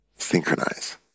synchronize